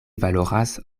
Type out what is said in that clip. valoras